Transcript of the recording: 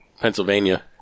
Pennsylvania